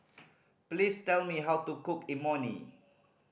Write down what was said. please tell me how to cook Imoni